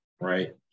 right